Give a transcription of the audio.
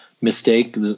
mistake